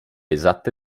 esatte